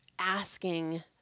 asking